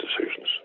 decisions